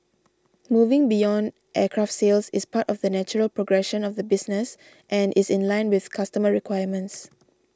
moving beyond aircraft sales is part of the natural progression of the business and is in line with customer requirements